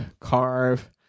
carve